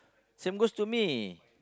same goes to me